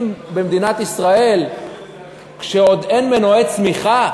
במדינת ישראל כשעוד אין מנועי צמיחה.